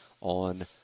on